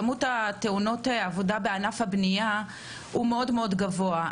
כמות התאונות העבודה בענף הבנייה היא מאוד-מאוד גבוהה.